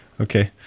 Okay